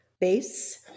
base